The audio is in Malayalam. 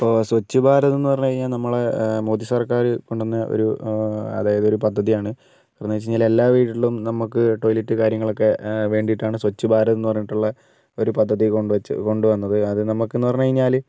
ഇപ്പോൾ സ്വച്ഛ് ഭാരത് എന്ന് പറഞ്ഞു കഴിഞ്ഞാൽ നമ്മളെ മോദി സർക്കാർ കൊണ്ട് വന്ന അതായത് ഒരു പദ്ധതിയാണ് അത് എന്ന് വെച്ച് കഴിഞ്ഞാൽ എല്ലാ വീടിലും നമുക്ക് ടോയ്ലറ്റ് കാര്യങ്ങൾ ഒക്കെ വേണ്ടിയിട്ടാണ് സ്വച്ഛ് ഭാരത് എന്ന് പറഞ്ഞിട്ടുള്ള ഒരു പദ്ധതി കൊണ്ട് വന്നത് അത് നമുക്ക് എന്ന് പറഞ്ഞു കഴിഞ്ഞാല്